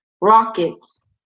Rockets